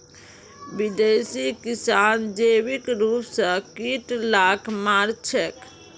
विदेशी किसान जैविक रूप स कीट लाक मार छेक